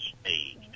stage